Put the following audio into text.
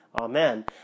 Amen